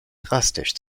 drastisch